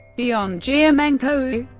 beyond jiumenkou,